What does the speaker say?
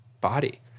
body